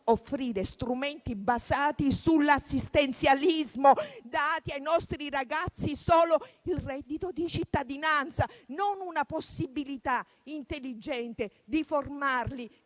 offrire strumenti basati sull'assistenzialismo, dando ai nostri ragazzi solo il reddito di cittadinanza? Non c'è stata una possibilità intelligente di formarli,